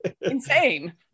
Insane